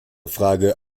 frage